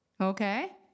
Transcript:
Okay